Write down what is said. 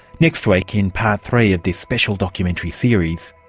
next week in part three of this special documentary series,